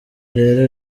rero